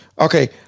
Okay